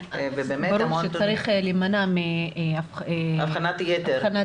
לא רק שצריך להמנע מאבחון יתר,